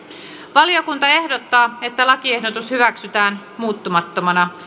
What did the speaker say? valiokunta ehdottaa että lakiehdotus hyväksytään muuttamattomana